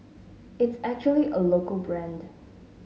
it's actually a local brand